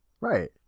Right